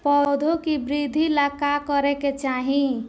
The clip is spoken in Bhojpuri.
पौधों की वृद्धि के लागी का करे के चाहीं?